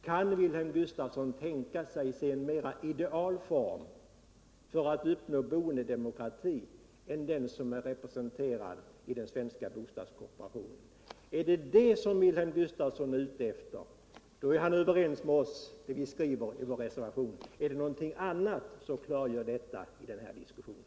Kan Wilhelm Gustafsson tänka sig en mera ideal form för att uppnå boendedemokrati än den som är representerad i den svenska bostadskooperationen? Är det sådana saker jag nyss nämnde som Wilhelm Gustafsson är ute efter, då delar han den uppfattning vi framför i vår reservation. Men är det något annat, Wilhelm Gustafsson, så klargör detta i samband med den här diskussionen!